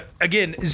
Again